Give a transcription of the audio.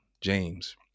James